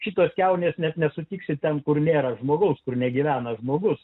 šito kiaunės net nesutiksi ten kur nėra žmogaus kur negyvena žmogus